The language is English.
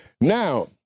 Now